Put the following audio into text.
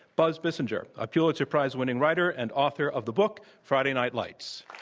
buzz bissinger, a pulitzer prize-winning writer and author of the book, friday night lights.